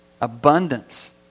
abundance